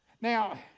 Now